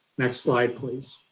next slide please.